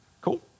Cool